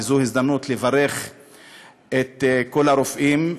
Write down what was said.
וזו הזדמנות לברך את כל הרופאים.